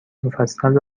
مفصل